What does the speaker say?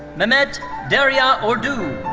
mehmet derya ordu.